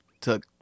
took